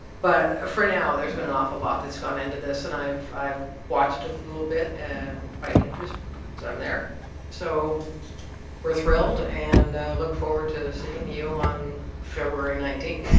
but for now, there's been an awful lot that's gone into this and i've i've watched a little bit and quite interest so i'm there so we're thrilled and look forward to seeing you on february nineteen